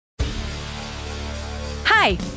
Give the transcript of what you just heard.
hi